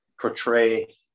portray